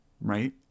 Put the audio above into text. right